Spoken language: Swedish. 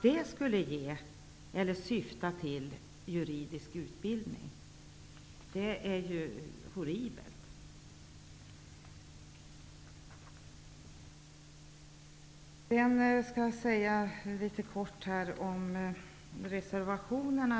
Det skulle i så fall vara horribelt. Jag skall litet kort säga något om reservationerna.